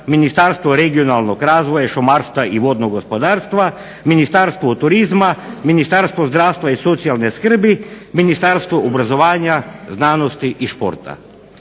Ministarstvo regionalnog razvoja, šumarstva i regionalnog gospodarstva, Ministarstvo turizma, Ministarstvo zdravstva i socijalne skrbi, Ministarstvo obrazovanja, znanosti i sporta.